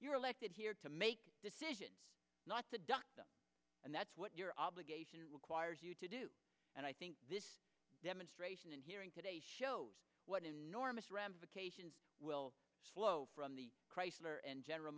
you're elected here to make a decision not to duck and that's what your obligation requires you to do and i think this demonstration and hearing today shows what enormous ramifications will flow from the chrysler and general